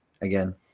again